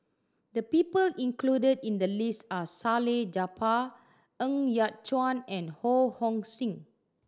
the people included in the list are Salleh Japar Ng Yat Chuan and Ho Hong Sing